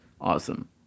awesome